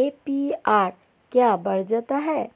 APR क्यों बढ़ जाता है?